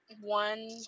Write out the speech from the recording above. One